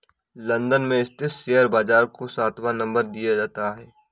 London में स्थित share बाजार को सातवां नम्बर दिया जाता है